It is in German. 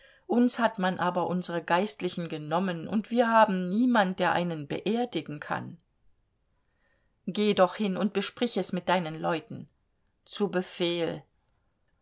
uns hat man aber unsere geistlichen genommen und wir haben niemand der einen beerdigen kann geh doch hin und besprich es mit deinen leuten zu befehl